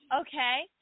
Okay